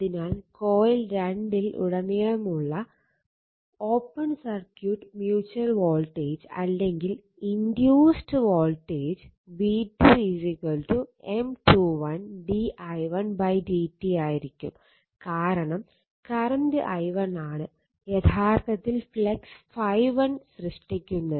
അതിനാൽ കോയിൽ 2 ൽ ഉടനീളമുള്ള open circuit mutual voltage v2 M21 d i1 dt ആയിരിക്കും കാരണം കറണ്ട് i1 ആണ് യഥാർത്ഥത്തിൽ ഫ്ലക്സ് ∅1 സൃഷ്ടിക്കുന്നത്